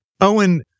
Owen